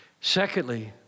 Secondly